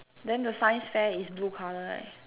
then the science fair is blue colour right